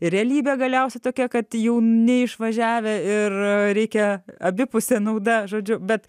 realybė galiausiai tokia kad jau neišvažiavę ir reikia abipusė nauda žodžiu bet